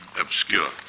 obscure